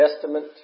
Testament